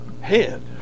head